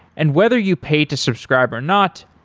and whether you pay to subscribe or not,